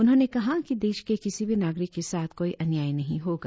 उन्होंने कहा कि देश के किसी भी नागरिक के साथ कोई अन्याय नहीं होगा